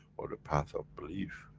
for the path of belief,